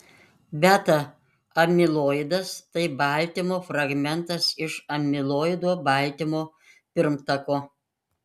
beta amiloidas tai baltymo fragmentas iš amiloido baltymo pirmtako